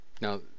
Now